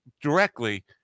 directly